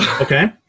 Okay